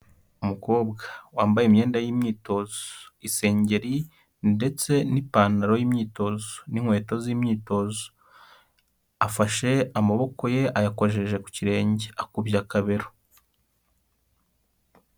Umukobwa wambaye imyenda y'imyito: Isengeri ndetse n'ipantaro y'imyitozo n'inkweto z'imyitozo, afashe amaboko ye ayakojeje ku kirenge, akubye akabero.